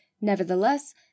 Nevertheless